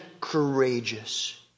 courageous